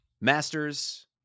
Masters